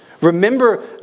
Remember